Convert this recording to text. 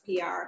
PR